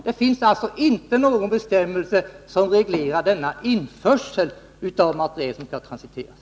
Det finns alltså inte någon bestämmelse som reglerar införsel av materiel som skall transiteras.